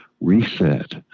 reset